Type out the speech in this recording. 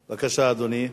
בבקשה, אדוני.